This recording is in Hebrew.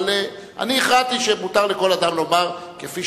אבל אני הכרעתי שמותר לכל אדם לומר כפי